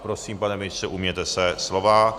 Prosím, pane ministře, ujměte se slova.